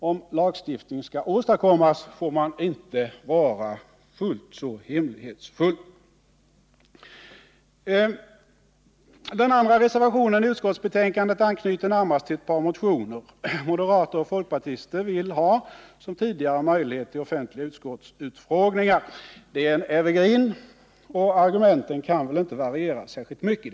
Om lagstiftning skall åstadkommas, får man inte vara riktigt så hemlighetsfull. Den andra reservationen vid utskottsbetänkandet anknyter närmast till ett par motioner. Moderater och folkpartister vill som de framfört tidigare ha möjlighet till offentliga utskottsutfrågningar. Det är en evergreen, och argumenten kan väl inte varieras så särskilt mycket.